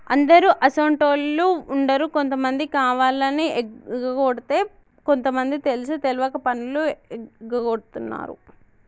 అందరు అసోంటోళ్ళు ఉండరు కొంతమంది కావాలని ఎగకొడితే కొంత మంది తెలిసి తెలవక పన్నులు ఎగగొడుతున్నారు